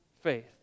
faith